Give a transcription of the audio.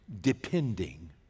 depending